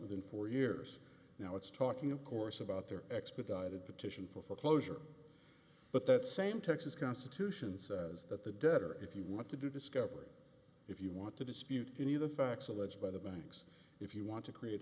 within four years now it's talking of course about their expedited petition for foreclosure but that same texas constitution says that the debtor if you want to do discovery if you want to dispute any of the facts alleged by the banks if you want to create